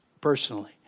personally